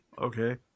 okay